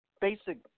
basic